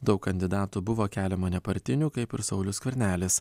daug kandidatų buvo keliama nepartinių kaip ir saulius skvernelis